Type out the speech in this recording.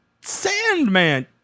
Sandman